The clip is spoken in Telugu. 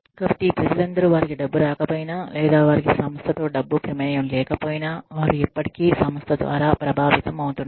కాబట్టి ఈ ప్రజలందరూ వారికి డబ్బు రాకపోయినా లేదా వారికి సంస్థతో డబ్బు ప్రమేయం లేకపోయిన వారు ఇప్పటికీ సంస్థ ద్వారా ప్రభావితమవుతున్నారు